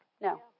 No